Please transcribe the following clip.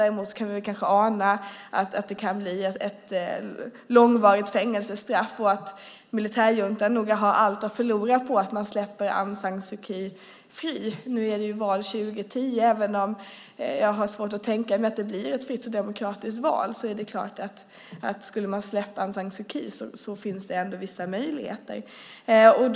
Däremot kan vi ana att det kan bli fråga om ett långvarigt fängelsestraff. Militärjuntan har nog allt att förlora på att släppa henne fri. Nu kommer de att ha val 2010. Även om jag har svårt att tänka mig att det kommer att bli ett fritt och demokratiskt val skulle det, om Aung San Suu Kyi släpptes, kunna finnas vissa möjligheter till det.